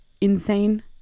insane